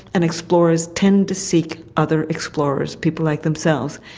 and explorers tend to seek other explorers, people like themselves.